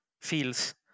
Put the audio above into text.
feels